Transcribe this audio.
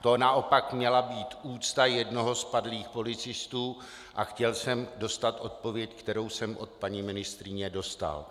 To naopak měla být úcta k jednomu z padlých policistů a chtěl jsem dostat odpověď, kterou jsem od paní ministryně dostal.